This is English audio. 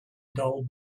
dull